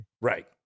right